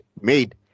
made